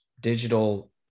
digital